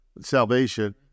Salvation